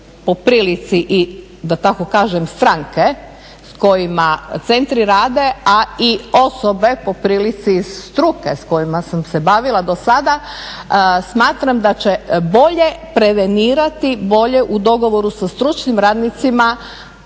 po prilici i da tako kažem stranke s kojima centri rade, a i osobe po prilici struke s kojima sam se bavila do sada, smatram da će bolje prevenirati, bolje u dogovoru sa stručnim radnicima